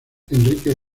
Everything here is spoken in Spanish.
enrique